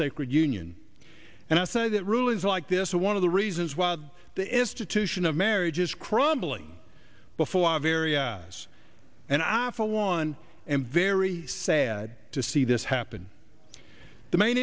sacred union and i say that rulings like this one of the reasons why the institution of marriage is crumbling before our very eyes and i for one am very sad to see this happen the main